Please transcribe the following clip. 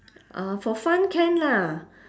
uh for fun can lah